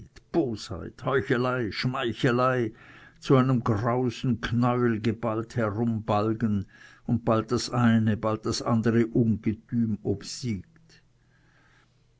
schmeichelei zu einem grausen knäuel geballt herumbalgen und bald das eine bald das andere ungetüm obsiegt